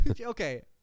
okay